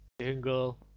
Jingle